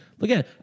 again